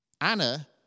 Anna